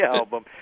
album